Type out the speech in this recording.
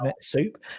soup